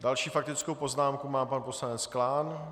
Další faktickou poznámku má pan poslanec Klán.